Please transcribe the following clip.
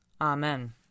Amen